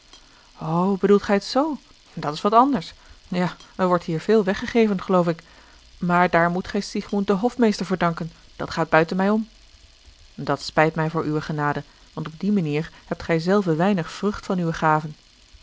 bedoelt gij het zoo dat is wat anders ja er wordt hier veel weggegeven geloof ik maar daar moet gij siegmund den hofmeester voor danken dat gaat buiten mij om dat spijt mij voor uwe genade want op die manier hebt gij zelve weinig vrucht van uwe